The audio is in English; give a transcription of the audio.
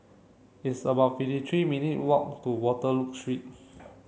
it's about fifty three minute walk to Waterloo Street